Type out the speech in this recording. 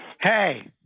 Hey